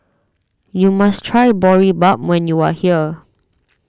you must try Boribap when you are here